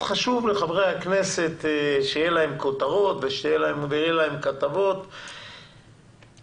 חשוב לחברי הכנסת שיהיו להם כותרות ויהיו להם כתבות אבל